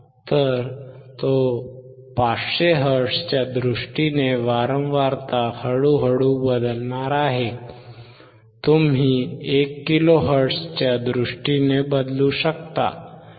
तर तो 500Hz च्या दृष्टीने वारंवारता हळूहळू बदलणार आहे तुम्ही 1 किलोहर्ट्झच्या दृष्टीने बदलू शकता